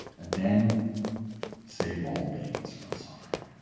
and then save all beings from suffering.